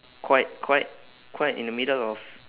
quite quite quite in the middle of